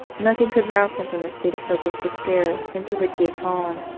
nothing could rouse him from the state of hopeless despair into which he had fallen,